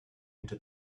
into